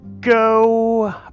go